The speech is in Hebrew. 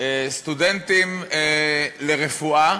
סטודנטים לרפואה,